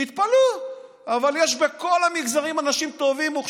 תתפלאו, יש בכל המגזרים אנשים טובים, מוכשרים,